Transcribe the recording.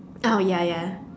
oh ya ya